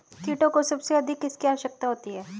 कीटों को सबसे अधिक किसकी आवश्यकता होती है?